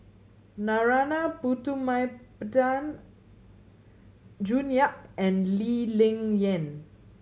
Narana Putumaippittan June Yap and Lee Ling Yen